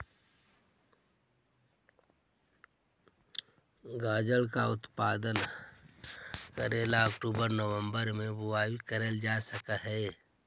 गाजर का उत्पादन करे ला अक्टूबर नवंबर में बुवाई करल जा हई